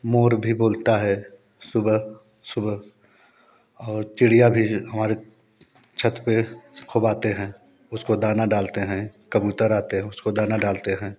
मोर भी बोलता है सुबह सुबह और चिड़िया भी हमारे छत पर खूब आते हैं उसको दाना डालते हैं कबूतर आते हैं उसको दाना डालते हैं